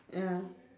ya